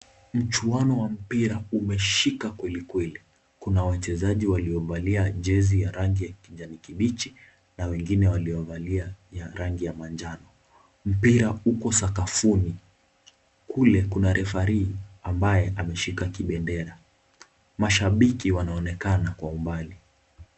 Mchuano wa mpira umeshika kweli kweli kuna wachezaji waliovalia jezi ya rangi ya kijani kibichi na wengine waliovalia ya rangi ya manjano, mpira uko sakafuni kule kuna refari ambaye ameshika kibendera, mashabiki wanaonekana kwa umbali.